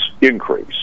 increase